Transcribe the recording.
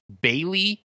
Bailey